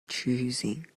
choosing